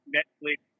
Netflix